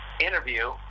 interview